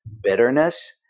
bitterness